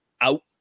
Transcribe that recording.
out